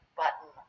button